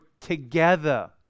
together